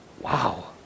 Wow